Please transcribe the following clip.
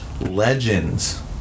legends